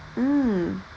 mm